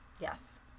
Yes